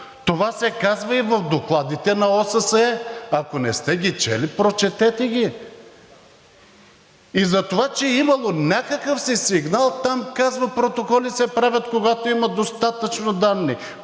Това се казва и в докладите на ОССЕ. Ако не сте ги чели – прочетете ги. И затова, че е имало някакъв си сигнал там, казва: протоколи се правят, когато има достатъчно данни.